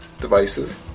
devices